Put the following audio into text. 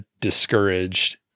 discouraged